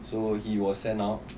so he was sent out